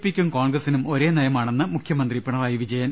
പിക്കും കോൺഗ്രസ്സിനും ഒരേ നയമാണെന്ന് മുഖ്യമന്ത്രി പിണറായി വിജയൻ